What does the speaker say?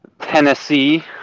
Tennessee